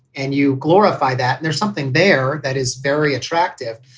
and you glorify that. and there's something there that is very attractive.